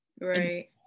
right